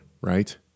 right